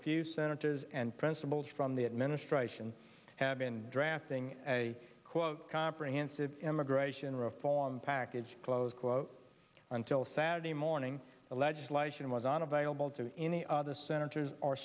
a few senators and principals from the administration have been drafting a quote comprehensive immigration reform package close quote until saturday morning the legislation was unavailable to any other senators or